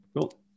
Cool